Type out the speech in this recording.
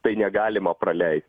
tai negalima praleist